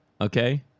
okay